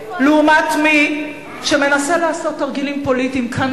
לעומת מי שמנסה לעשות תרגילים פוליטיים כאן,